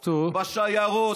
בשיירות,